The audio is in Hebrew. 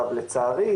לצערי,